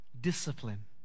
Discipline